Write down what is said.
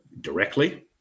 directly